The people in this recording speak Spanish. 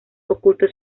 ocultos